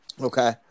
Okay